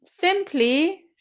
simply